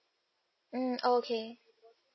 mm okay